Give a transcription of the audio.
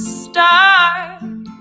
start